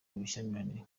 ubushyamirane